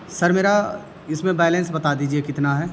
سر میرا اس میں بیلنس بتا دیجیے کتنا ہے